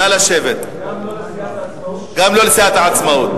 גם לא לסיעת העצמאות?